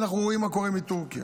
אנחנו רואים מה קורה עם טורקיה,